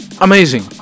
amazing